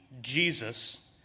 Jesus